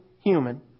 human